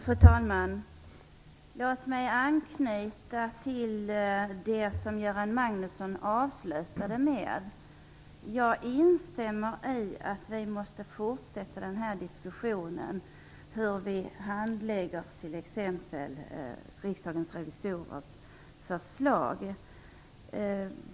Fru talman! Låt mig anknyta till det som Göran Magnusson avslutade med. Jag instämmer i att vi måste fortsätta diskussionen om hur vi handlägger exempelvis Riksdagens revisorers förslag.